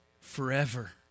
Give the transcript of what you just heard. Forever